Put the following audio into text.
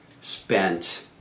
spent